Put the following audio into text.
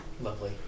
Lovely